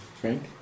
Frank